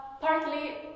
Partly